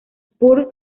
spurs